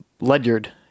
Ledyard